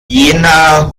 jener